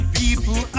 people